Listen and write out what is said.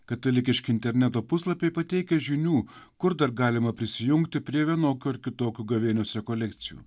katalikiški interneto puslapiai pateikia žinių kur dar galima prisijungti prie vienokių ar kitokių gavėnios rekolekcijų